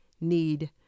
need